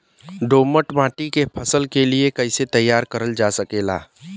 दोमट माटी के फसल के लिए कैसे तैयार करल जा सकेला?